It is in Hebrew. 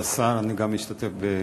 כבוד השר, גם אני משתתף בצערך.